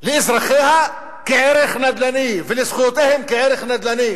לאזרחיה כערך נדל"ני ולזכויותיהם כערך נדל"ני.